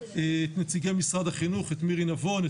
את מירי נבון,